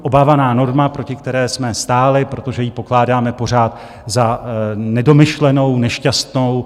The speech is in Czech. Obávaná norma, proti které jsme stáli, protože ji pokládáme pořád za nedomyšlenou, nešťastnou.